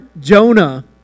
Jonah